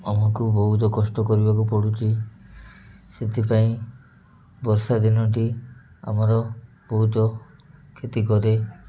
ଆମକୁ ବହୁତ କଷ୍ଟ କରିବାକୁ ପଡ଼ୁଛି ସେଥିପାଇଁ ବର୍ଷା ଦିନଟି ଆମର ବହୁତ କ୍ଷତି କରେ